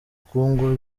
bukungu